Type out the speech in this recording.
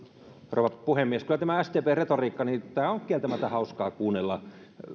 rouva puhemies kyllä tätä sdpn retoriikkaa on kieltämättä hauska kuunnella